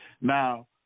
Now